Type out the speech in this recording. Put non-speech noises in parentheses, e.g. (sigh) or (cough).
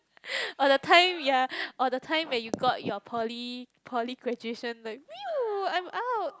(breath) or the time ya or the time that you got your poly poly graduation like !whew! I'm out